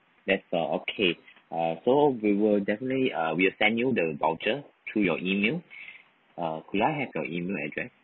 that's all okay uh so we will definitely uh we will send you the voucher to your email uh could I have your email address